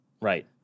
Right